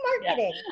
marketing